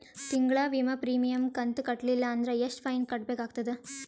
ತಿಂಗಳ ವಿಮಾ ಪ್ರೀಮಿಯಂ ಕಂತ ಕಟ್ಟಲಿಲ್ಲ ಅಂದ್ರ ಎಷ್ಟ ಫೈನ ಕಟ್ಟಬೇಕಾಗತದ?